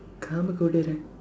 காம கோடு:kaama koodu right